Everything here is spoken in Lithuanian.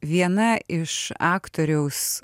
viena iš aktoriaus